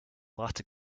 brachte